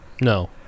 no